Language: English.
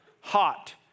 hot